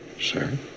Sir